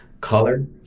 color